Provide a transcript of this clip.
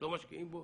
לא משקיעים בו?